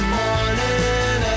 morning